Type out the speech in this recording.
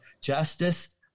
Justice